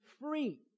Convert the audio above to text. free